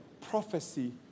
prophecy